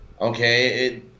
Okay